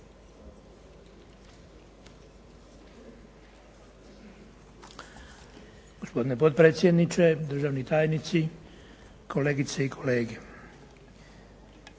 Poštovani potpredsjedniče, državni tajniče, kolegice i kolege.